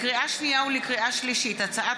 לקריאה שנייה ולקריאה שלישית: הצעת